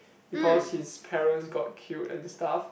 because his parents got killed and stuff